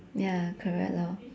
ya correct lor